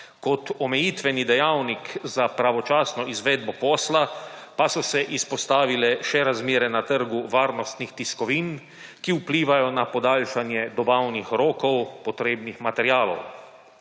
Kot omejitveni dejavnik za pravočasno izvedbo posla pa so se izpostavile še razmere na trgu varnostnih tiskovin, ki vplivajo na podaljšanje dobavnih rokov potrebnih materialov.